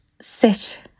sit